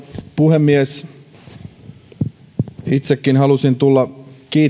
puhemies itsekin halusin tulla kiittämään